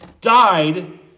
died